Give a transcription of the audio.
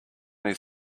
his